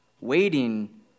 waiting